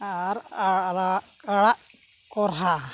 ᱟᱨ ᱟᱲᱟᱜ ᱠᱚᱨᱦᱟ